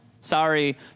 Sorry